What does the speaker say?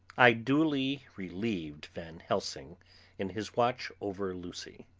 i duly relieved van helsing in his watch over lucy.